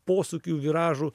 posūkių viražų